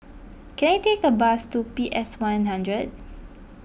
can I take a bus to P S one hundred